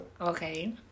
Okay